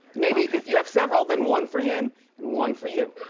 maybe if you have several then one for him and one for you.